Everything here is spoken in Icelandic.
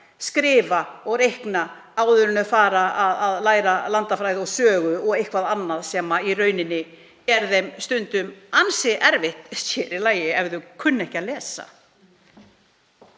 skrifa og reikna áður en þau fara að læra landafræði, sögu og eitthvað annað sem er þeim stundum ansi erfitt, sér í lagi ef þau kunna ekki að lesa?